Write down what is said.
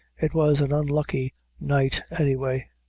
it was an unlucky night any way.